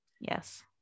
Yes